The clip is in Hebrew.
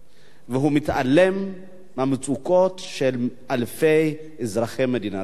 והוא מתעלם מהמצוקות של אלפי אזרחי מדינת ישראל.